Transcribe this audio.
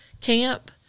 camp